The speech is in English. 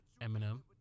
Eminem